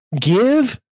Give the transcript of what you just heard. give